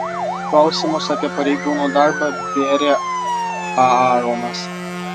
klausimus apie pareigūnų darbą bėrė aaronas